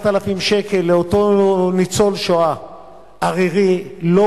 8,000 שקל לאותו ניצול שואה ערירי לא